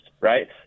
right